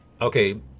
Okay